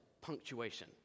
punctuation